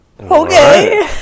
Okay